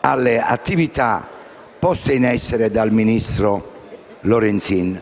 alle attività poste in essere dal ministro Lorenzin.